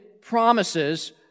promises